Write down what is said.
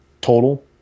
total